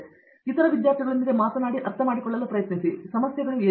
ಮತ್ತೆ ಇತರ ವಿದ್ಯಾರ್ಥಿಗಳೊಂದಿಗೆ ಮಾತನಾಡಿ ಮತ್ತು ಅರ್ಥಮಾಡಿಕೊಳ್ಳಲು ಪ್ರಯತ್ನಿಸಿ ಅವರ ಸಮಸ್ಯೆಗಳು ಯಾವುವು